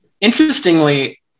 interestingly